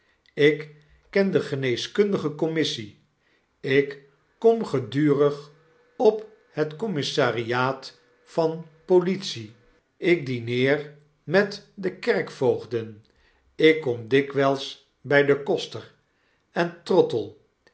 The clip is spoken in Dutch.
ik ken de geneeskundige commissie ik kom gedurig op het commissariaat van politie ik dineer met de kerkvoogden ik kom dikwjjls btj den koster en trottle